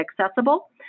accessible